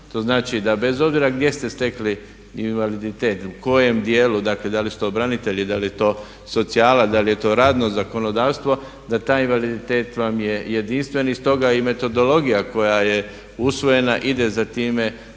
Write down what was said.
To znači da bez obzira gdje ste stekli invaliditet, u kojem dijelu da li su to branitelji, da li je to socijala, da li je to radno zakonodavstvo da taj invaliditet vam je jedinstven i stoga i metodologija koja je usvojena ide za time